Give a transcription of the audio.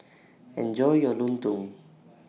Enjoy your Lontong